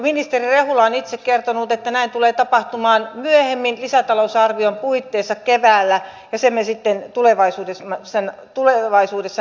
ministeri rehula on itse kertonut että näin tulee tapahtumaan myöhemmin lisätalousarvion puitteissa keväällä ja sen me sitten tulevaisuudessa näemme